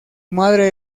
madre